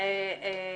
נכון,